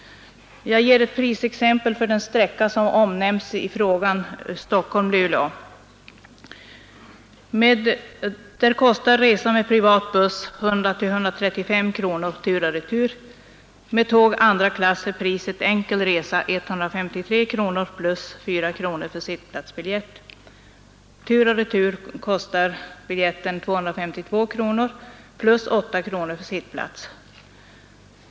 Jag ger ett prisexempel för denna sträcka som omnämns i frågan, Stockholm—Luleå. För den sträckan kostar resan med privat buss 100—135 kronor tur och retur. Med andra klass i tåg är priset för enkel resa 153 kronor plus 4 kronor för sittplatsbiljett. För resa tur och retur kostar biljetten 252 kronor plus 8 kronor för sittplatsbiljett.